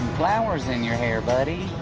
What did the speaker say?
flowers in your hair, buddy.